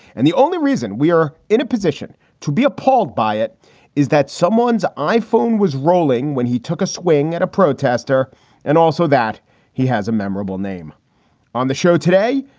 and the only reason we are in a position to be appalled by it is that someone's iphone was rolling when he took a swing at a protester and also that he has a memorable name on the show today,